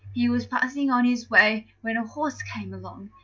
he was passing on his way when a horse came along.